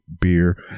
beer